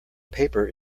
paper